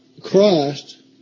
Christ